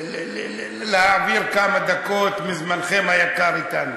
להעביר כמה דקות מזמנכם היקר אתנו.